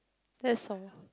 that's all